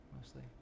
mostly